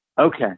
okay